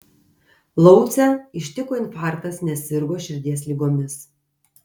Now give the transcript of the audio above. laucę ištiko infarktas nes sirgo širdies ligomis